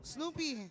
Snoopy